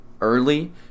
early